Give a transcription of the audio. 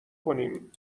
کنیم